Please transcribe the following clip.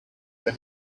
they